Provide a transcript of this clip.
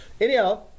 Anyhow